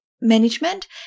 management